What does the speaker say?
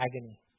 agony